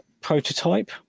prototype